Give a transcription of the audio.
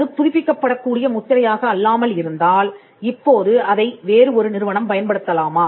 அது புதுப்பிக்கப் படக்கூடிய முத்திரையாக அல்லாமல் இருந்தால் இப்போது அதை வேறு ஒரு நிறுவனம் பயன்படுத்தலாமா